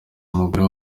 umugore